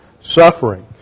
suffering